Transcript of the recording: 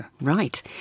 Right